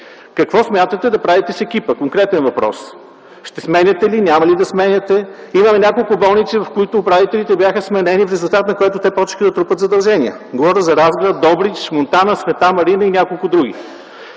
какво смятате да правите с екипа? Ще сменяте ли, няма ли да сменяте? Имаме няколко болници, в които управителите бяха сменени, в резултат на което те започнаха да трупат задължения. Говоря за Разград, Добрич, Монтана, „Света Марина” и няколко други